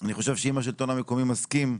אני חושב שאם השלטון המקומי מסכים.